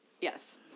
yes